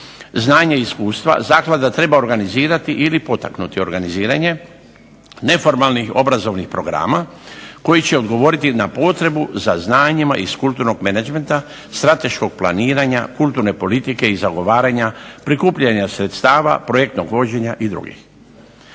znanje i iskustva zaklada treba organizirati ili potaknuti organiziranje neformalnih obrazovnih programa koji će odgovoriti na potrebu za znanjima iz kulturnog menadžmenta, strateškog planiranja, kulturne politike i zagovaranja, prikupljanja sredstava, projektnog vođenja i drugih.